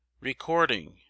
Recording